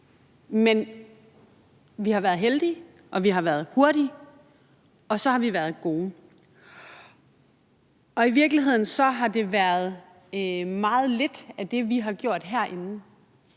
og vi har været hurtige, og så har vi været gode. I virkeligheden har det været meget lidt af det, vi har gjort herinde,